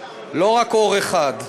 לא רק אור אחד.